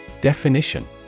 definition